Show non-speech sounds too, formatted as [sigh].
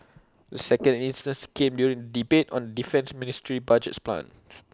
the second instance came during debate on defence ministry's budget plans [noise]